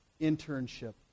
internship